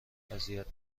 اذیت